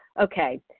Okay